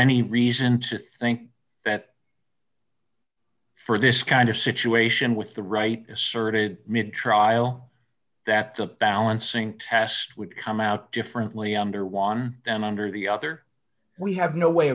any reason to think that for this kind of situation with the right asserted mid trial that the balancing test would come out differently under one and under the other we have no way